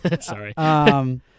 Sorry